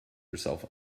herself